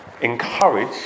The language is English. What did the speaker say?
encourage